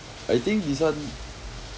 I think this one